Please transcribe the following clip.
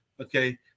Okay